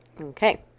Okay